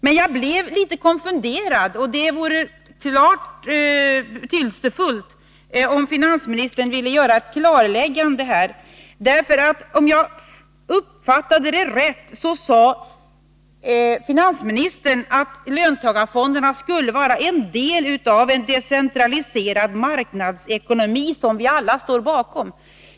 Men jag blev litet konfunderad, och det vore betydelsefullt om finansministern här ville göra ett klarläggande. Om jag uppfattade det rätt sade finansministern att löntagarfonderna skulle vara en del av en decentraliserad marknadsekonomi som vi alla står bakom.